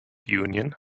union